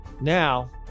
Now